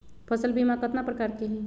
फसल बीमा कतना प्रकार के हई?